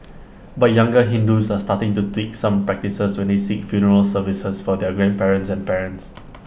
but younger Hindus are starting to tweak some practices when they seek funeral services for their grandparents and parents